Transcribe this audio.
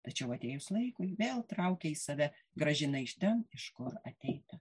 tačiau atėjus laikui vėl traukia į save grąžina iš ten iš kur ateita